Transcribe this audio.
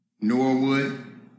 Norwood